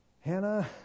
Hannah